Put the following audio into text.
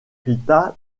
rita